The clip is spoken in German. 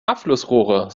abflussrohre